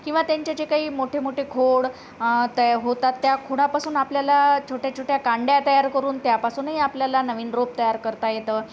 किंवा त्यांचे जे काही मोठे मोठे खोड तयार होतात त्या खोडापासून आपल्याला छोट्या छोट्या काड्या तयार करून त्यापासूनही आपल्याला नवीन रोप तयार करता येतं